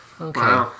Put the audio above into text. Okay